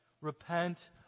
Repent